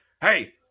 hey